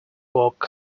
walk